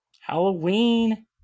Halloween